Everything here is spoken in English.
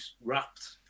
wrapped